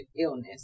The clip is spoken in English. illness